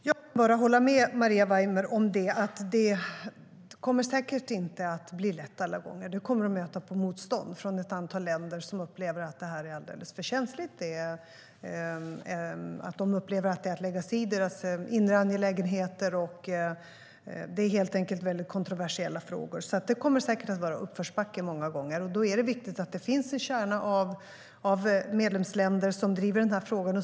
Fru talman! Jag kan bara hålla med Maria Weimer om det. Det kommer säkert inte att bli lätt alla gånger, utan vi kommer att möta motstånd från ett antal länder som upplever att detta är alldeles för känsligt och att det är att lägga sig i deras inre angelägenheter. Det är helt enkelt kontroversiella frågor, så det kommer säkert att vara uppförsbacke många gånger. Då är det viktigt att det finns en kärna av medlemsländer som driver den här frågan.